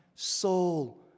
soul